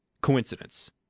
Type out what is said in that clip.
coincidence